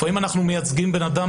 לפעמים אנחנו מייצגים אדם,